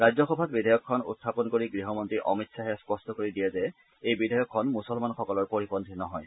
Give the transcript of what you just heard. ৰাজ্যসভাত বিধেয়কখন উখাপন কৰি গৃহমন্ত্ৰী অমিত খাহে স্পষ্ট কৰি দিয়ে যে এই বিধেয়কখন মুছলমানসকলৰ পৰিপন্থী নহয়